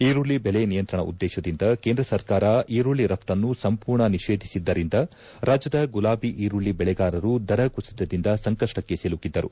ಈರುಳ್ಳಿ ಬೆಲೆ ನಿಯಂತ್ರಣ ಉದ್ದೇಶದಿಂದ ಕೇಂದ್ರ ಸರ್ಕಾರ ಈರುಳ್ಳಿ ರಫ್ತನ್ನು ಸಂಪೂರ್ಣ ನಿಷೇಧಿಸಿದ್ದರಿಂದ ರಾಜ್ಯದ ಗುಲಾಬಿ ಈರುಳ್ಳಿ ಬೆಳೆಗಾರರು ದರ ಕುಸಿತದಿಂದ ಸಂಕಷ್ಟಕ್ಕೆ ಸಿಲುಕಿದ್ದರು